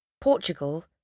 Portugal